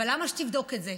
אבל למה שתבדוק את זה?